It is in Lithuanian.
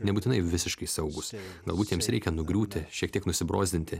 nebūtinai visiškai saugūs galbūt jiems reikia nugriūti šiek tiek nusibrozdinti